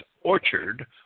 orchard